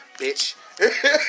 bitch